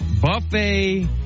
buffet